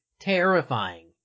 terrifying